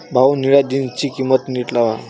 भाऊ, निळ्या जीन्सची किंमत नीट लावा